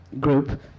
group